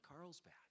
Carlsbad